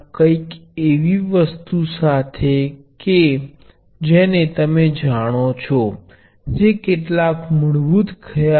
તેથી તે વસ્તુઓ એક બીજા સાથે સમાંતર જોડાઈ શકે છે